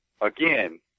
again